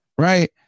right